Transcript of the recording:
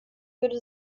würde